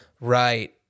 right